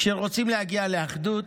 כשרוצים להגיע לאחדות,